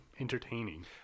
Entertaining